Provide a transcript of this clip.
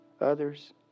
others